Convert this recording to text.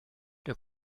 der